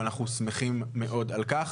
ואנחנו שמחים מאוד על כך.